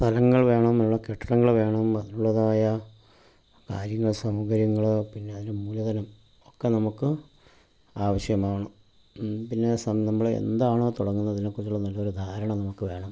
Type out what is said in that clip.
സ്ഥലങ്ങൾ വേണം നല്ല കെട്ടിടങ്ങൾ വേണം അതിനുള്ളതായ കാര്യങ്ങള് സൗകര്യങ്ങള് പിന്നെ ഒരു മൂലധനം ഒക്കെ നമുക്ക് ആവശ്യമാണ് പിന്നെ സം നമ്മള് എന്താണോ തുടങ്ങുന്നത് അതിനെ കുറച്ച് നല്ലൊരു ധാരണ നമുക്ക് വേണം